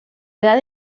edad